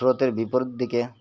স্রোতের বিপরীত দিকে